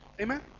Amen